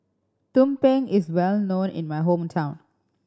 tumpeng is well known in my hometown